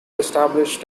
established